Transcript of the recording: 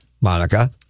Monica